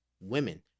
women